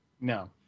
no